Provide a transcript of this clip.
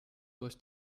durch